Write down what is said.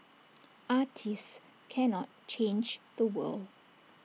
artists cannot change the world